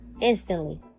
instantly